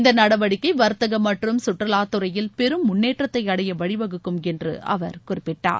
இந்த நடவடிக்கை வர்த்தக மற்றும் சுற்றுலாத்துறையில் பெரும் முன்னேற்றத்தை அடைய வழிவகுக்கும் என்று அவர் குறிப்பிட்டார்